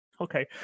Okay